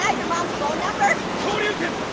ah your mom's phone number? shoryuken.